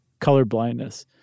colorblindness